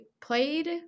played